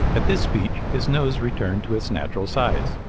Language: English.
at this speech, his nose returned to its natural size.